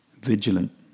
vigilant